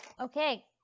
Okay